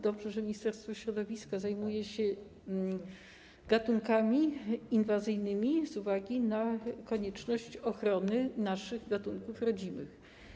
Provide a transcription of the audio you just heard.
Dobrze, że Ministerstwo Środowiska zajmuje się gatunkami inwazyjnymi z uwagi na konieczność ochrony naszych gatunków rodzimych.